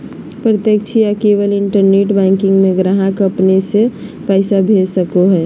प्रत्यक्ष या केवल इंटरनेट बैंकिंग में ग्राहक अपने से पैसा भेज सको हइ